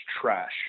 trash